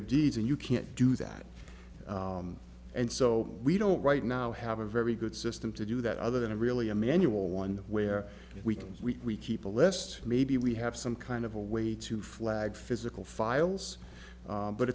of deeds and you can't do that and so we don't right now have a very good system to do that other than a really a manual one where we can we keep a list maybe we have some kind of a way to flag physical files